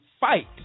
fight